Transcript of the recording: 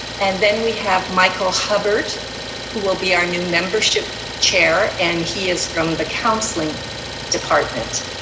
and then we have michael hubbard who will be our new membership chair and he is from the counseling department.